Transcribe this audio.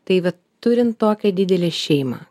tai va turint tokią didelę šeimą